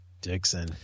Dixon